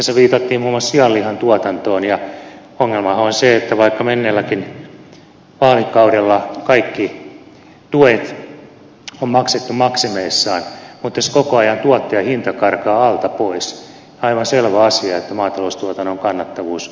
tässä viitattiin muun muassa sianlihan tuotantoon ja ongelmahan on se että vaikka menneelläkin vaalikaudella kaikki tuet on maksettu maksimeissaan mutta jos koko ajan tuottajahinta karkaa alta pois on aivan selvä asia että maataloustuotannon kannattavuus alenee